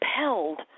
compelled